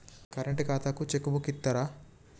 Current ఖాతాకు cheque book ఇత్తరా?